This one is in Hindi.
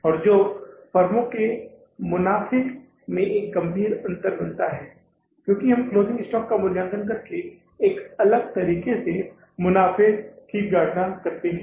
और जो फर्मों के मुनाफ़े में एक गंभीर अंतर बनाता है क्योंकि हम क्लोजिंग स्टॉक का मूल्यांकन करके एक अलग तरीके से मुनाफ़े की गणना करते हैं